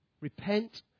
Repent